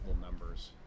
numbers